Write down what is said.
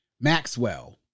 Maxwell